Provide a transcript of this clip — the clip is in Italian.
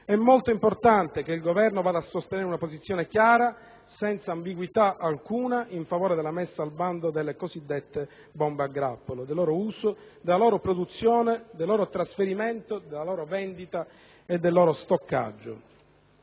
È molto importante che il Governo vada a sostenere una posizione chiara, senza ambiguità alcuna, in favore della messa al bando delle cosiddette bombe a grappolo, del loro uso, produzione, trasferimento, vendita e stoccaggio.